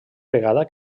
vegada